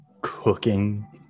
cooking